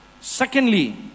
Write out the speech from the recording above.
Secondly